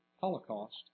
Holocaust